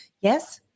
Yes